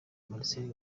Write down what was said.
marcel